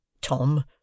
Tom